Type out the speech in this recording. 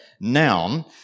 noun